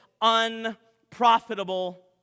unprofitable